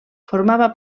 formava